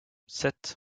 sept